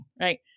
right